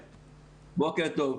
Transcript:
וזה חשוב.